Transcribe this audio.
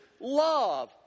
love